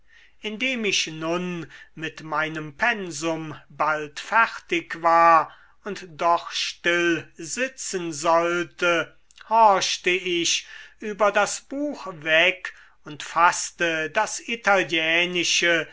indem ich nun mit meinem pensum bald fertig war und doch still sitzen sollte horchte ich über das buch weg und faßte das italienische